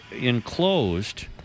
enclosed